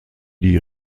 die